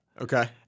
Okay